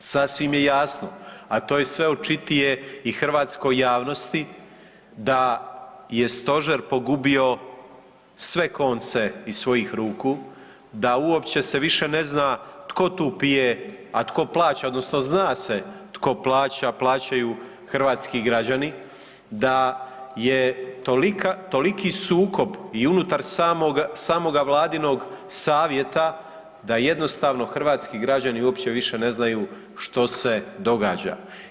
Sasvim je jasno, a to je sve očitije i hrvatskoj javnosti da je Stožer pogubio sve konce iz svojih ruku, da uopće se više ne zna tko tu pije, a tko plaća, odnosno zna se tko plaća, plaćaju hrvatski građani, da je toliki sukob i unutar samoga vladinog savjeta da jednostavno hrvatski građani uopće više ne znaju što se događa.